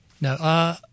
No